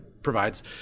provides